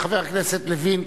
חבר הכנסת לוין,